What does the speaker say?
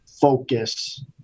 focus